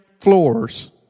floors